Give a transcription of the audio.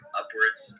upwards